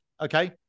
Okay